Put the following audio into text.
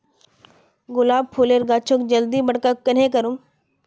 गुलाब फूलेर गाछोक जल्दी बड़का कन्हे करूम?